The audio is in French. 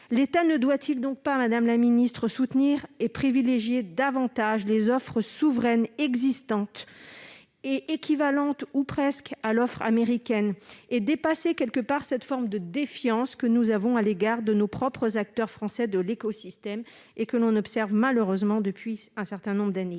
L'État ne doit-il donc pas, madame la ministre, soutenir et privilégier davantage les offres souveraines existantes et équivalentes ou presque à l'offre américaine et dépasser cette forme de défiance que nous avons à l'égard de nos propres acteurs français de l'écosystème et que l'on observe malheureusement depuis un certain nombre d'années